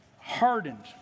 hardened